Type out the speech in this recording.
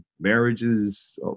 marriages